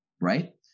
right